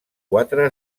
quatre